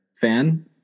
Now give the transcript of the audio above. fan